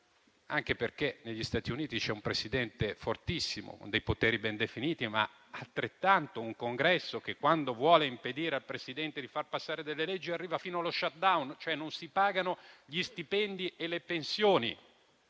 anche perché negli Stati Uniti c'è un Presidente fortissimo, con dei poteri ben definiti, ma un Congresso altrettanto forte che, quando vuole impedire al Presidente di far passare delle leggi, arriva fino allo *shutdown*: non si pagano, cioè, gli stipendi e le pensioni.